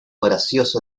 gracioso